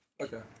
okay